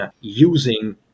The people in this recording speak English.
using